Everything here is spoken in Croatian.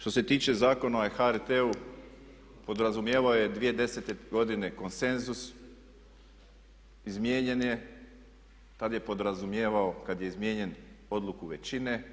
Što se tiče Zakona o HRT-u podrazumijevao je 2010. godine konsenzus, izmijenjen je, tada je podrazumijevao kada je izmijenjen odluku većine,